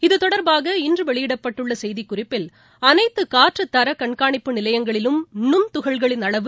இத்தொடர்பாக இன்று வெளியிடப்பட்டுள்ள செய்திக் குறிப்பில் அனைத்து காற்றுத்தர கண்காணிப்பு நிலையங்களிலும் நுண்துகள்களின் அளவு